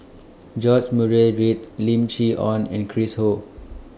George Murray Reith Lim Chee Onn and Chris Ho